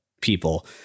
people